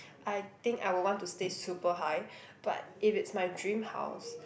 I think I will want to stay super high but if it's my dream house